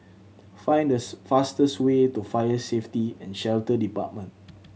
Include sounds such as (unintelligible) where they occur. find (unintelligible) fastest way to Fire Safety And Shelter Department